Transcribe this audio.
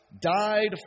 died